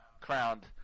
crowned